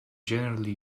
generally